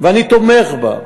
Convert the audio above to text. ואני תומך בכך,